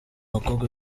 bakobwa